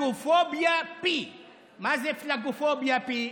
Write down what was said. פלאגופוביית P. מה זה פלאגופוביית P?